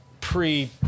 pre